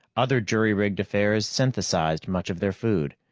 other jury-rigged affairs synthesized much of their food.